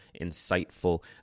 insightful